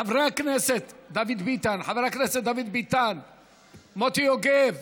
חברי הכנסת דוד ביטן, מוטי יוגב.